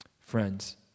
Friends